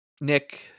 Nick